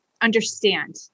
understand